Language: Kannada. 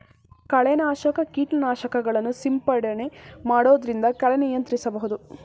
ಕಳೆ ನಾಶಕ ಕೀಟನಾಶಕಗಳನ್ನು ಸಿಂಪಡಣೆ ಮಾಡೊದ್ರಿಂದ ಕಳೆ ನಿಯಂತ್ರಿಸಬಹುದು